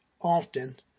often